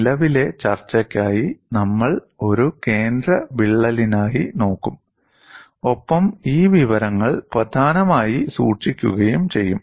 നിലവിലെ ചർച്ചയ്ക്കായി നമ്മൾ ഒരു കേന്ദ്ര വിള്ളലിനായി നോക്കും ഒപ്പം ഈ വിവരങ്ങൾ പ്രധാനമായി സൂക്ഷിക്കുകയും ചെയ്യും